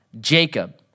Jacob